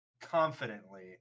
confidently